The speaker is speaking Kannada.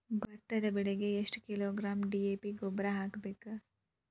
ಭತ್ತದ ಬೆಳಿಗೆ ಎಷ್ಟ ಕಿಲೋಗ್ರಾಂ ಡಿ.ಎ.ಪಿ ಗೊಬ್ಬರ ಹಾಕ್ಬೇಕ?